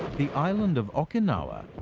the island of okinawa.